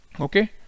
okay